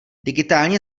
digitální